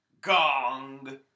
gong